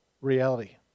reality